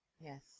yes